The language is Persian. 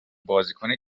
بازیکن